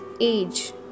age